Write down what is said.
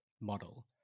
model